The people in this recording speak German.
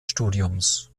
studiums